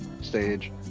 stage